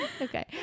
Okay